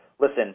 listen